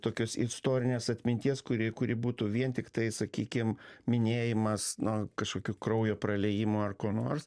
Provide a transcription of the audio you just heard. tokios istorinės atminties kuri kuri būtų vien tiktai sakykim minėjimas nu kažkokių kraujo praliejimo ar ko nors